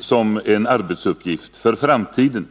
som en arbetsuppgift för framtiden.